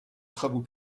travaux